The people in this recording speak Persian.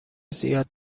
زیاد